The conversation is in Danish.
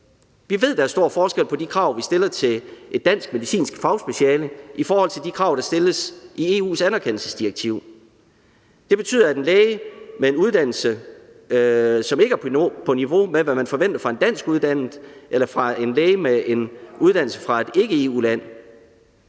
Vi ved, der er stor forskel på de krav, vi stiller til et dansk medicinsk fagspeciale, og de krav, der stilles i EU's anerkendelsesdirektiv. Det betyder, at det ikke er ens for en læge, der har taget en uddannelse i et EU-land, hvis ikke den er på niveau med, hvad man forventer af en danskuddannet læge, og for en læge med en uddannelse fra et ikke-EU-land.